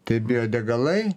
tai bio degalai